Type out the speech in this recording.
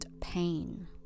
pain